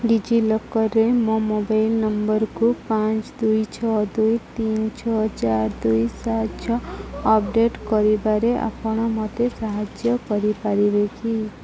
ଡିଜିଲକର୍ରେ ମୋ ମୋବାଇଲ୍ ନମ୍ବର୍କୁ ପାଞ୍ଚ ଦୁଇ ଛଅ ଦୁଇ ତିନି ଛଅ ଚାରି ଦୁଇ ସାତ ଛଅ ଅପଡ଼େଟ୍ କରିବାରେ ଆପଣ ମୋତେ ସାହାଯ୍ୟ କରିପାରିବେ କି